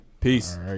Peace